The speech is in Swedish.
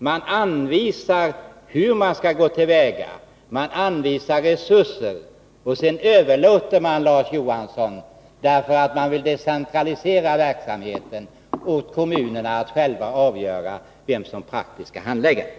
Vi anvisar hur man skall gå till väga och vi anvisar resurser, men sedan överlåter vi — vi vill nämligen decentralisera verksamheten, Larz Johansson — åt kommunerna att själva avgöra vem som praktiskt skall handlägga saken.